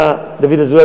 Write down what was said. היה דוד אזולאי,